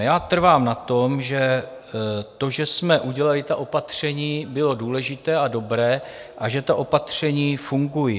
Já trvám na tom, že to, že jsme udělali ta opatření, bylo důležité a dobré a že ta opatření fungují.